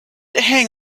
hang